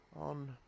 on